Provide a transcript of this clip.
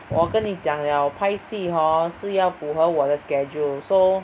我跟你讲 liao 拍戏 hor 是要符合我的 schedule so